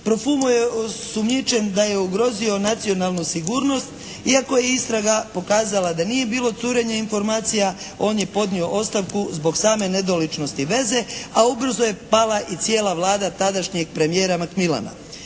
Profiumo je osumnjičen da je ugrozio nacionalnu sigurnost iako je istraga pokazala da nije bilo curenja informacija on je podnio ostavku zbog same nedoličnosti veze a ubrzo je pala i cijela Vlada tadašnjeg premijera "Mc Milena".